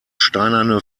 steinerne